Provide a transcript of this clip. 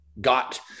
got